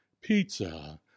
pizza